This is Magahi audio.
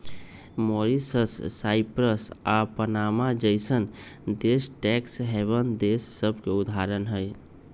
मॉरीशस, साइप्रस आऽ पनामा जइसन्न देश टैक्स हैवन देश सभके उदाहरण हइ